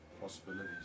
Possibilities